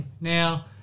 Now